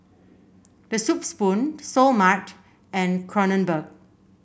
The Soup Spoon Seoul Mart and Kronenbourg